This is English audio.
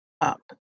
up